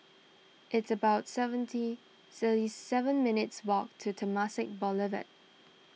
it's about seventy thirty seven minutes' walk to Temasek Boulevard